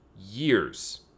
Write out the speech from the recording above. years